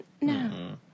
No